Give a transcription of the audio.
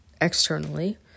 externally